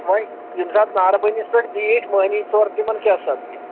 وۄنۍ ییٚمہِ ساتہٕ نارٕ بٔنِس پٮ۪ٹھ بیٖٹھۍ مۅہنِی ژور تِمن کیٛاہ سَپدِ